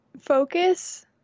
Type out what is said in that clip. Focus